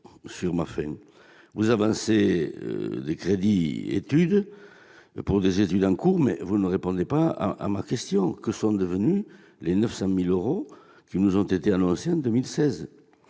sur ma faim ! Vous avancez des crédits pour des études en cours, mais vous ne répondez pas à ma question : que sont devenus les 900 000 euros qui nous ont été annoncés en 2016 ?